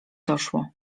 doszło